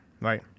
right